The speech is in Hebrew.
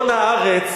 עיתון "הארץ"